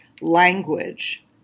language